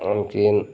आणखीन